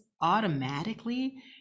automatically